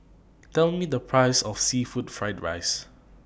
Tell Me The Price of Seafood Fried Rice